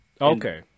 Okay